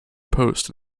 post